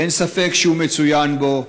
ואין ספק שהוא מצוין בו: